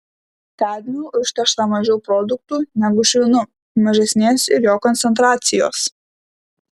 kadmiu užteršta mažiau produktų negu švinu mažesnės ir jo koncentracijos